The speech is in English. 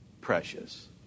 Precious